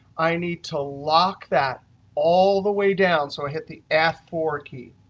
i need to lock that all the way down, so hit the f four key,